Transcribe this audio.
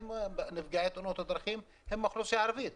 הם מהאוכלוסייה הערבית,